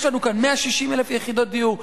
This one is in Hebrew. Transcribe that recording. ולהגיד: יש לנו כאן 160,000 יחידות דיור,